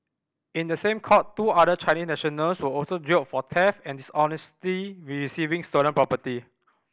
in the same court two other Chinese nationals were also jailed for theft and dishonestly receiving stolen property